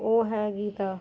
ਉਹ ਹੈ ਗੀਤਾ